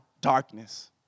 darkness